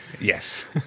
Yes